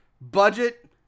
Budget